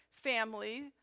family